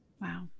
wow